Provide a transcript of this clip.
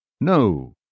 No